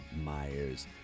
Myers